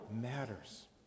matters